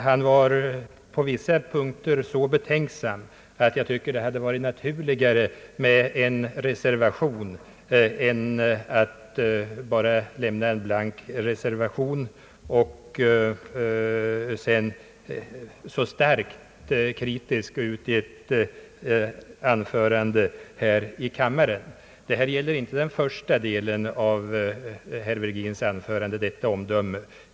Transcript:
Han var på vissa punkter så betänksam att jag tycker det hade varit naturligare med en motiverad reservation än med en blank som följs av ett så starkt kritiskt anförande här i kammaren. Detta gäller inte den första delen av herr Virgins anförande.